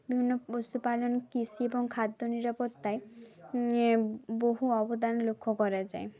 বিভিন্ন পশু পালন কৃষি এবং খাদ্য নিরাপত্তায় বহু অবদান লক্ষ করা যায়